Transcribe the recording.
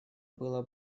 было